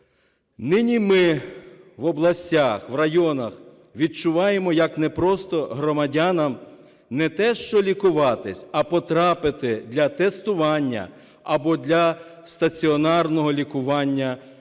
нині ми в областях, в районах відчуваємо, як непросто громадянам не те, що лікуватися, а потрапити для тестування або для стаціонарного лікування в